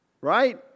right